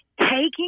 taking